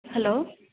hello